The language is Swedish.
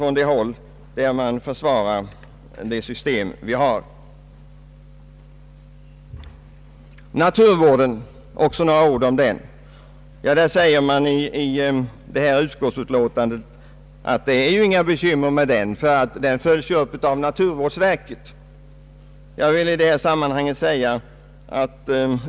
Jag vill också säga några ord om naturvården. Utskottet anför i utlåtandet att man inte behöver ha några bekymmer i det avseendet, eftersom Kungl. Maj:t uppdragit åt statens naturvårdsverk att följa den frågan.